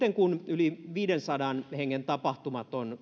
sitten kun yli viidensadan hengen tapahtumat on